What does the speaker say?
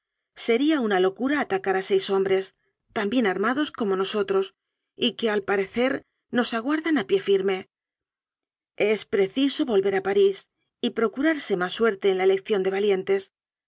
sería una locura atacar a seis hombres tan bien armados como nosotros y que al parecer nos aguardan a pie firme es preciso volver a parís y procurarse más suerte en la elección de valientes